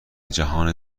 جهان